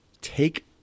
take